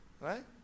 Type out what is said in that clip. Right